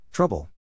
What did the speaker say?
Trouble